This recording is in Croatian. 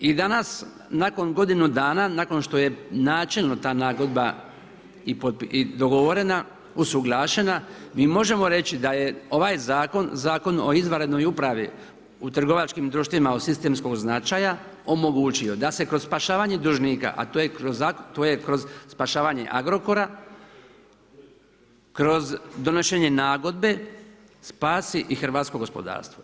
I danas nakon godinu dana nakon što je načelno ta nagodba i dogovorena, usuglašena mi možemo reći da je ovaj zakon, Zakon o izvanrednoj upravi u trgovačkim društvima od sistemskog značaja omogućio da se kroz spašavanje dužnika, a to je kroz spašavanje Agrokora, kroz donošenje nagodbe spasi i hrvatsko gospodarstvo.